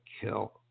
kill